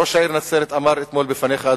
ראש העיר נצרת אמר אתמול בפניך,